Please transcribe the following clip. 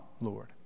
Lord